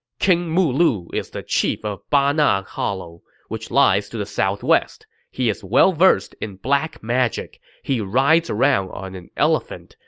king mulu is the chief of bana hollow, which lies to the southwest. he is well-versed in black magic. he rides around on an elephant,